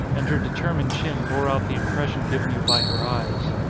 and her determined chin bore out the impression given you by her eyes.